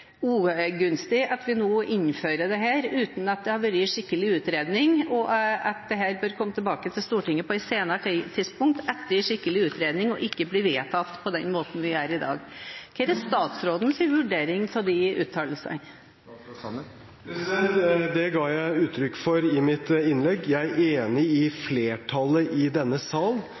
ugunstig at vi nå innfører dette uten at det har vært en skikkelig utredning, og at dette bør komme tilbake til Stortinget på et senere tidspunkt etter en skikkelig utredning og ikke bli vedtatt på den måten vi gjør i dag. Hva er statsrådens vurdering av de uttalelsene? Det ga jeg uttrykk for i mitt innlegg. Jeg er enig med flertallet i denne sal,